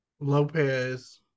lopez